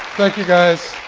thank you, guys,